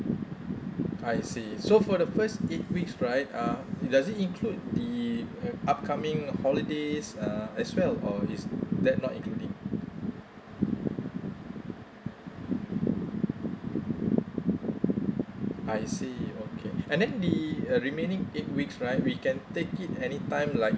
I see so for the first eight weeks right uh does it include the uh upcoming holidays uh as well or is that not including I see okay and then the uh remaining eight weeks right we can take it anytime like